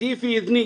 'גידיפי אידני',